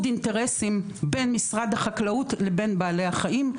האינטרסים בין משרד החקלאות לבין בעלי החיים,